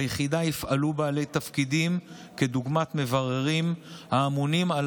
ביחידה יפעלו בעלי תפקידים דוגמת מבררים האמונים על